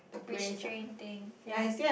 restrain thing yea